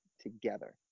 together